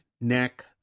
neck